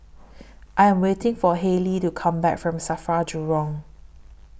I Am waiting For Haley to Come Back from SAFRA Jurong